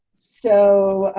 so,